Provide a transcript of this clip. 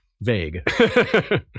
vague